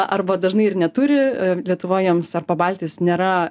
arba dažnai ir neturi lietuva jiems ar pabaltis nėra